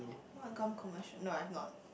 what gum commercial no I've not